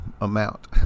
amount